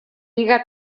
siga